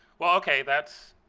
well, okay, that's